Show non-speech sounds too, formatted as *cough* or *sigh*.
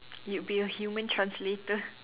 you be a human translator *laughs*